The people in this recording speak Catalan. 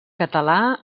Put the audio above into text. català